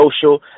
social